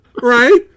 right